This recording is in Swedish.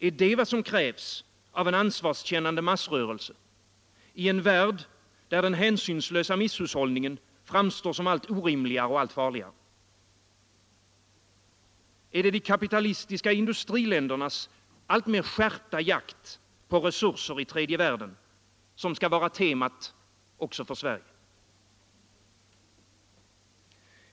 Är det vad som krävs av en ansvarskännande massrörelse i en värld där den hänsynslösa misshushållningen framstår som allt orimligare och allt farligare? Är det de kapitalistiska industriländernas alltmer skärpta jakt på resurser i tredje världen som skall vara temat också för Sverige?